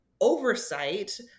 oversight